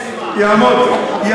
תן לי עוד שתי דקות, במשימה.